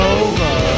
over